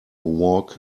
walk